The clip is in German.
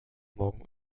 morgen